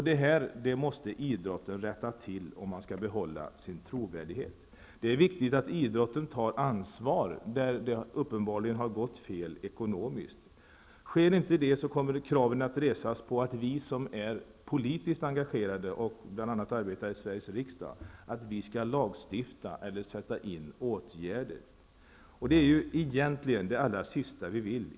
Detta måste idrotten rätta till, om man skall behålla sin trovärdighet. Det är viktigt att idrotten tar ansvar där det uppenbarligen har gått fel ekonomiskt. Sker inte det så kommer kraven att resas på att vi som är politiskt engagerande och bl.a. arbetar i Sveriges riksdag skall lagstifta eller sätta in åtgärder. Det är egentligen det sista vi vill.